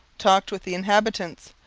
talked with the inhabitants,